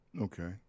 Okay